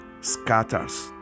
scatters